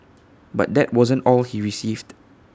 but that wasn't all he received